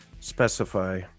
specify